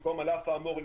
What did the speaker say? במקום "על אף האמור,